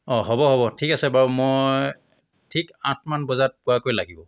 অঁ হ'ব হ'ব ঠিক আছে বাৰু মই ঠিক আঠ মান বজাত পোৱাকৈ লাগিব